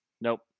Nope